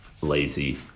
lazy